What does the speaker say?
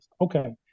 Okay